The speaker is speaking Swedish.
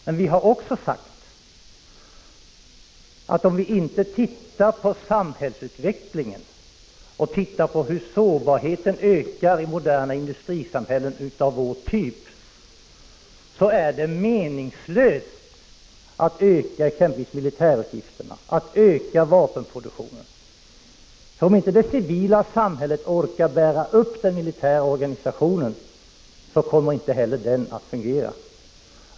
Men vi har också sagt, att om vi inte ser på utvecklingen, hur sårbarheten ökar i moderna industrisamhällen av vår typ, är det meningslöst att öka exempelvis militärutgifterna och vapenproduktionen. Om inte det civila samhället orkar bära upp den militära organisationen, kommer inte heller den att fungera.